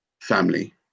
family